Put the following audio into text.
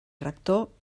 rector